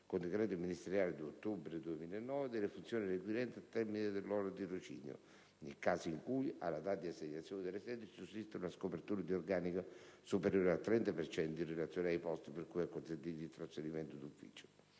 con decreto ministeriale 2 ottobre 2009 delle funzioni requirenti al termine del loro tirocinio, nel caso in cui, alla data di assegnazione delle sedi, sussista una scopertura di organico superiore al 30 per cento in relazione ai posti per cui è consentito il trasferimento d'ufficio.